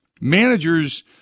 Managers